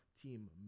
team